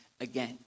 again